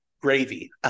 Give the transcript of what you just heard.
gravy